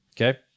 okay